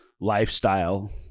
lifestyle